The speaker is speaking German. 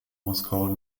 moskauer